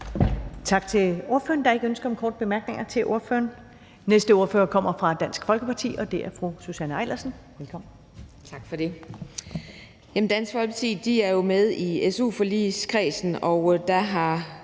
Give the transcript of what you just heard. Tak til ordføreren. Der er ikke ønske om korte bemærkninger til ordføreren. Den næste ordfører kommer fra Dansk Folkeparti, og det er fru Susanne Eilersen. Velkommen.